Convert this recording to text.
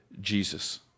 Jesus